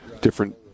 different